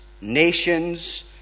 nations